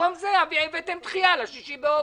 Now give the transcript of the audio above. במקום זה הבאתם דחייה ל-6 באוגוסט.